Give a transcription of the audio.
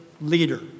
leader